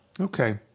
Okay